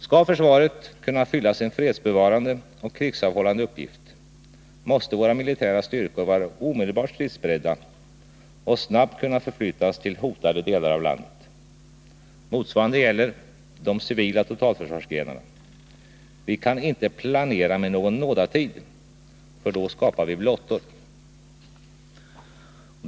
Skall försvaret kunna fylla sin fredsbevarande och krigsavhållande uppgift måste våra militära styrkor vara omedelbart stridsberedda och snabbt kunna förflyttas till hotade delar av landet. Motsvarande gäller de civila totalförsvarsgrenarna. Vi kan inte planera med någon nådatid, för då skapar vi blottor.